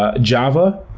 ah java,